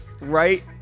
Right